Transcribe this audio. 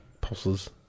pulses